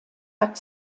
hat